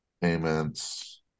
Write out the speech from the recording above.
payments